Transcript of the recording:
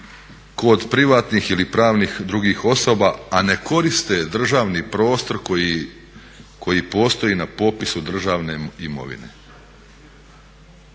kod privatnih ili pravnih, drugih osoba a ne koriste državni prostor koji postoji na popisu državne imovine.